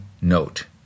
note